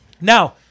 Now